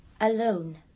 Alone